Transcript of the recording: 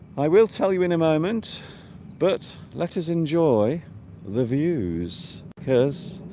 i will tell you in a moment but let us enjoy the views here's